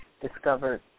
discovered